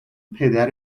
پدر